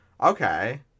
okay